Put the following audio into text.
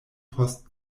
post